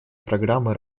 программы